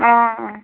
অ